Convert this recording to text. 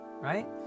right